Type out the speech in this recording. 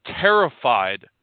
terrified